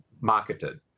marketed